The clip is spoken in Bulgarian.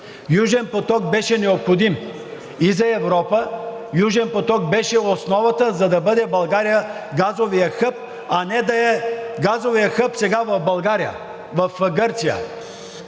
Южен поток беше необходим и за Европа, Южен поток беше основата, за да бъде България газовият хъб, а не да е газовият хъб сега в Гърция.